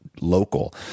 local